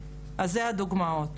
זאת אומרת